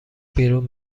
بیرون